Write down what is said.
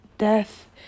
death